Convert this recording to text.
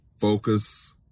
focus